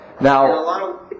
Now